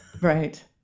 Right